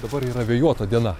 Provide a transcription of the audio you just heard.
dabar yra vėjuota diena